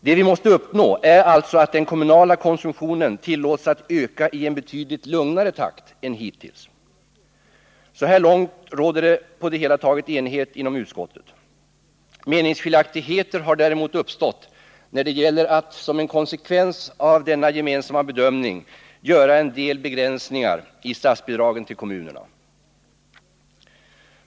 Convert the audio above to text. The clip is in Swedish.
Det vi måste uppnå är alltså att den kommunala konsumtionen tillåts att öka i en betydligt lugnare takt än hittills. Så här långt råder på det hela taget enighet inom utskottet. Meningsskiljaktigheter har däremot uppstått när det gäller att, som en konsekvens av denna gemensamma bedömning, göra en del begränsningar i statsbidragen till kommunerna.